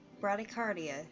bradycardia